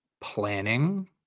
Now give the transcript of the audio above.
planning